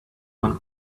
one